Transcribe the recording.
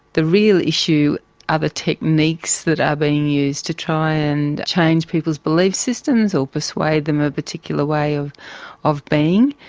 the real issue are the techniques that are being used to try and change people's belief systems or persuade them of a particular way of of being.